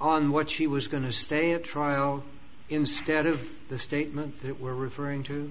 on what she was going to stay at trial instead of the statement that we're referring to